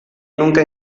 nunca